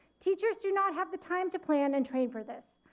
teachers do not have the time to plan and train for this,